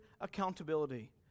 accountability